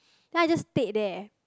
then I just stayed there